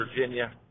Virginia